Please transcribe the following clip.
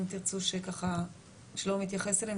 אם תרצו ששלומי יתייחס אליהם,